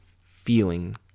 feeling